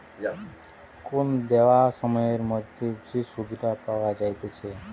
কোন দেওয়া সময়ের মধ্যে যে সুধটা পাওয়া যাইতেছে